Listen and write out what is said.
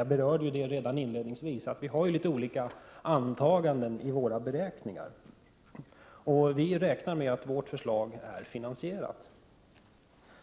Jag berörde redan inledningsvis att vi har litet olika antaganden i våra beräkningar, och vi räknar med att vårt förslag är finansierat.